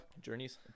Journey's